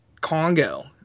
Congo